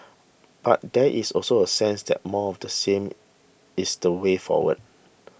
but there is also a sense that more of the same is the way forward